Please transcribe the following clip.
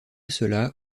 cela